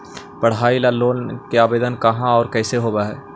पढाई ल लोन के आवेदन कहा औ कैसे होब है?